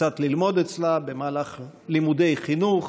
קצת ללמוד אצלה במהלך לימודי החינוך.